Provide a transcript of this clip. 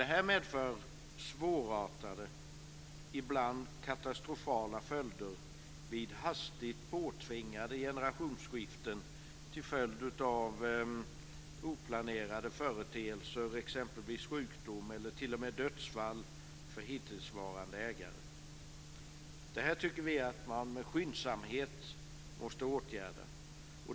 Detta får svårartade, ibland katastrofala, konsekvenser vid hastigt påtvingade generationsskiften till följd av oplanerade företeelser som exempelvis sjukdom eller dödsfall för hittillsvarande ägare. Vi tycker att man med skyndsamhet måste åtgärda detta.